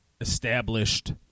established